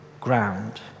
ground